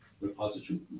repository